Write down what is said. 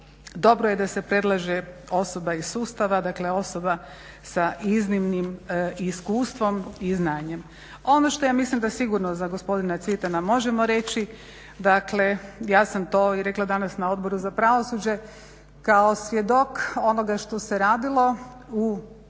dobro je da se predlaže osoba iz sustava. Dakle, osoba sa iznimnim iskustvom i znanjem. Ono što ja mislim da sigurno za gospodina Cvitana možemo reći, dakle ja sam to i rekla danas na Odboru za pravosuđe. Kao svjedok onoga što se radilo u pregovorima,